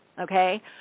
Okay